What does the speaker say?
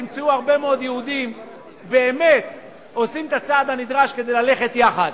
תמצאו הרבה מאוד יהודים באמת עושים את המאמץ הנדרש כדי ללכת יחד.